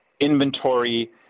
inventory